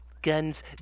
Guns